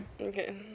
Okay